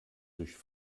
durch